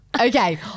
okay